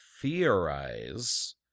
theorize